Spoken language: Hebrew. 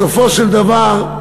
בסופו של דבר,